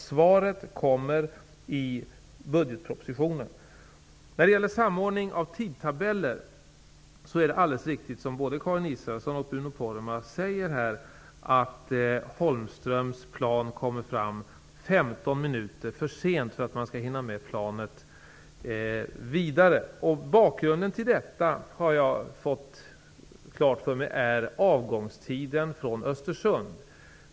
Svaret kommer i budgetpropositionen. När det gäller samordning av tidtabeller är det alldeles riktigt, som både Karin Israelsson och Bruno Poromaa säger, att Holmströms plan kommer fram 15 minuter för sent för att man skall hinna med det plan som går vidare. Jag har fått klart för mig att bakgrunden till detta är avgångstiden från Östersund.